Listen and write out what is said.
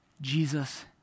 Jesus